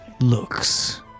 looks